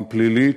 גם פלילית,